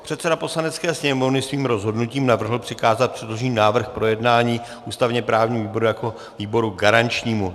Předseda Poslanecké sněmovny svým rozhodnutím navrhl přikázat předložený návrh k projednání ústavněprávnímu výboru jako výboru garančnímu.